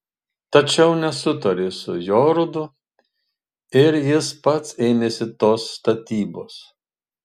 tačiau nesutarė su jorudu ir jis pats ėmėsi tos statybos